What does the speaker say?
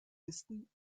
listen